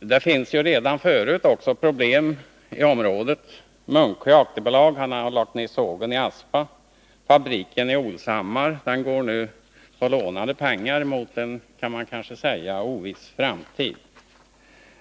Det finns också redan nu problem i området. Munksjö AB har lagt ned sågeni Aspa, och fabriken i Olshammar går med lånade pengar mot en — kan man kanske säga — oviss framtid.